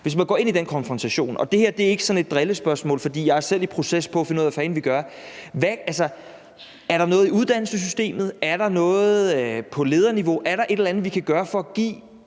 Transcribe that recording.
hvis man går ind i den konfrontation. Det her er ikke sådan et drillespørgsmål, for jeg er selv i proces med at finde ud af, hvad fanden vi gør. Altså, er der noget i uddannelsessystemet, er der noget på lederniveau, er der et eller andet, vi kan gøre for at give